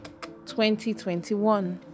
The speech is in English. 2021